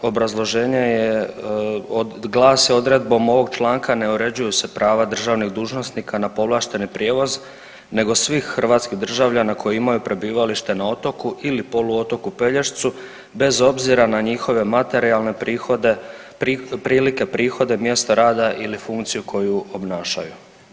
Obrazloženje je od, glase odredbom ovog članka ne uređuju se prava državnih dužnosnika na povlašteni prijevoz nego svih hrvatskih državljana koji imaju prebivalište na otoku ili poluotoku Pelješcu bez obzira na njihove materijalne prihode, prilike, prihode, mjesto rada ili funkciju koju obnašaju.